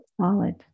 solid